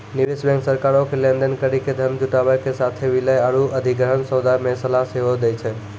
निवेश बैंक सरकारो के लेन देन करि के धन जुटाबै के साथे विलय आरु अधिग्रहण सौदा मे सलाह सेहो दै छै